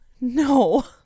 No